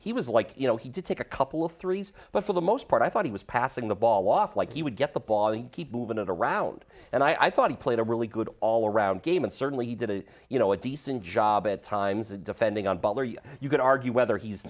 he was like you know he did take a couple of threes but for the most part i thought he was passing the ball off like he would get the ball keep moving it around and i thought he played a really good all around game and certainly he did it you know a decent job at times and defending and you can argue whether he's